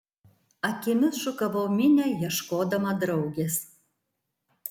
akimis šukavau minią ieškodama draugės